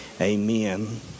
Amen